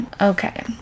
okay